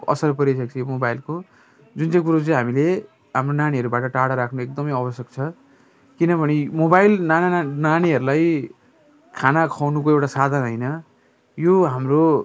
असर परिरहेको छ यो मोबाइलको जुन चाहिँ कुरो चाहिँ हामीले हाम्रो नानीहरूबाट टाडा राख्नु एकदम आवश्यक छ किनभने मोबाइल ना नानीहरूलाई खाना खुवाउनुको एउटा साधन होइन यो हाम्रो